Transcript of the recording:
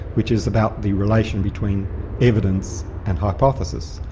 which is about the relation between evidence and hypothesis.